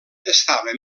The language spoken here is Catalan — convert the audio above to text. estava